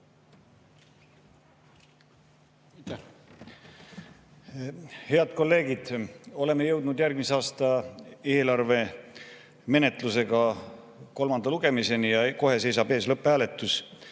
Head kolleegid! Oleme jõudnud järgmise aasta eelarve menetlusega kolmanda lugemiseni ja kohe seisab ees lõpphääletus.